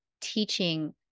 Teaching